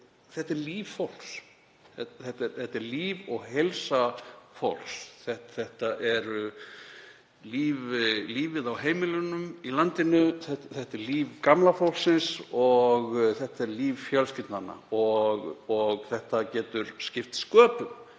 þetta er líf fólks, þetta er líf og heilsa fólks, lífið á heimilunum í landinu. Þetta er líf gamla fólksins og þetta er líf fjölskyldnanna og þetta getur skipt sköpum.